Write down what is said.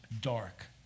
dark